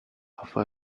offer